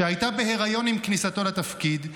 שהייתה בהיריון עם כניסתו לתפקיד,